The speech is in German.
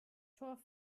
torf